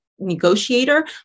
negotiator